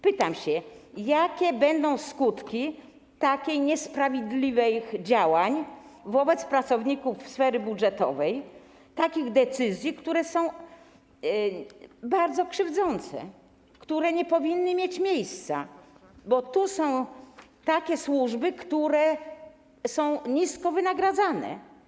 Pytam się, jakie będą skutki takich niesprawiedliwych działań wobec pracowników sfery budżetowej, takich decyzji, które są bardzo krzywdzące, które nie powinny mieć miejsca, bo tu są takie służby, które są nisko wynagradzane.